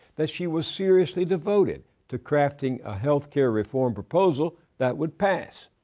that she was seriously devoted to crafting a health care reform proposal that would pass.